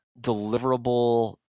deliverable